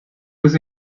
was